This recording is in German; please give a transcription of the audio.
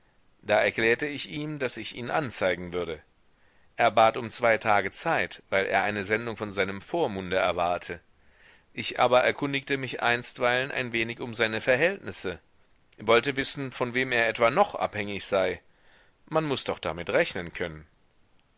da erklärte ich ihm daß ich ihn anzeigen würde er bat um zwei tage zeit weil er eine sendung von seinem vormunde erwarte ich aber erkundigte mich einstweilen ein wenig um seine verhältnisse wollte wissen von wem er etwa noch abhängig sei man muß doch damit rechnen können